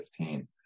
2015